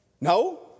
No